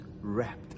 wrapped